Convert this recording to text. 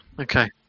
okay